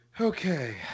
Okay